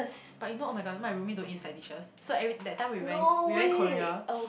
but you know [oh]-my-god my roomie don't eat side dishes so every that time we went we went Korea